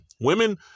women